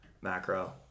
macro